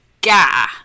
gah